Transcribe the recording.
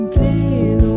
Please